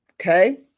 okay